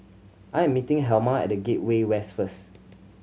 I am meeting Helma at The Gateway West first